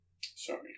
sorry